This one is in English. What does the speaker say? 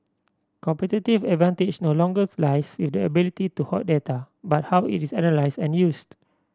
competitive advantage no longer lies with the ability to hoard data but how it is analysed and used